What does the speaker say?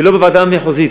ולא בוועדה המחוזית.